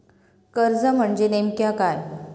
कर्ज म्हणजे नेमक्या काय?